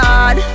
God